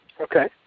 Okay